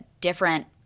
different